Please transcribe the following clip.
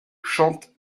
chante